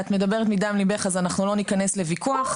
את מדברת מדם לבך, אז לא ניכנס לוויכוח.